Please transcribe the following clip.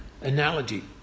analogy